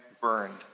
burned